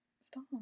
Stop